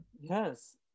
Yes